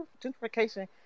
gentrification